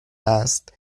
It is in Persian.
است